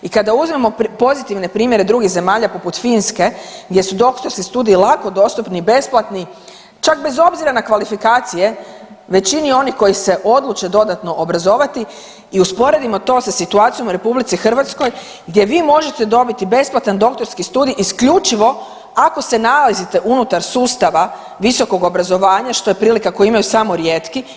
I kada uzmemo pozitivne primjere drugih zemalja poput Finske gdje su doktorski studiji lako dostupni i besplatni, čak bez obzira na kvalifikacije većini onih koji se odluče dodatno obrazovati i usporedimo to sa situacijom u RH gdje vi možete dobiti besplatan doktorski studij isključivo ako se nalazite unutar sustava visokog obrazovanja što je prilika koju imaju samo rijetki.